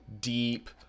deep